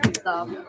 Stop